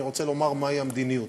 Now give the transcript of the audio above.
אני רוצה לומר מהי המדיניות.